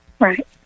Right